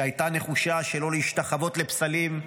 שהייתה נחושה שלא להשתחוות לפסלים,